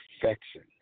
perfection